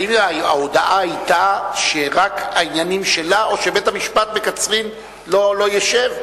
האם ההודעה היתה שרק העניינים שלה או שבית-המשפט בקצרין לא ישב?